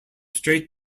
strait